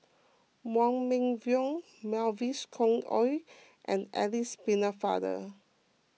Wong Meng Voon Mavis Khoo Oei and Alice Pennefather